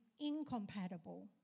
incompatible